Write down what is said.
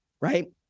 right